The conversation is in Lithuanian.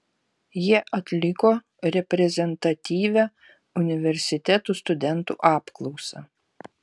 jie atliko reprezentatyvią universitetų studentų apklausą